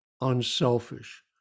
unselfish